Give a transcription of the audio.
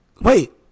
Wait